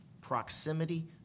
proximity